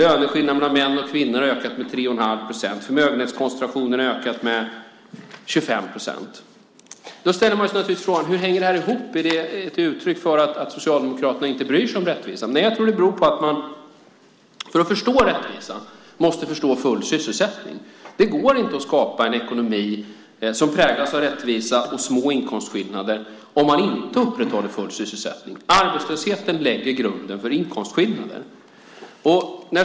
Löneskillnaderna mellan män och kvinnor har ökat med 3,5 procent. Förmögenhetskoncentrationen har ökat med 25 procent. Då ställer man sig naturligtvis frågan: Hur hänger det här ihop? Är det ett uttryck för att Socialdemokraterna inte bryr sig om rättvisan? Nej, jag tror att det beror på att man för att förstå rättvisan måste förstå full sysselsättning. Det går inte att skapa en ekonomi som präglas av rättvisa och små inkomstskillnader om man inte upprätthåller full sysselsättning. Arbetslösheten lägger grunden för inkomstskillnader.